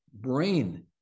Brain